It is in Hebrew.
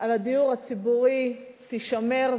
לדיור הציבורי תישמר,